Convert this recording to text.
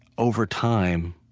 over time,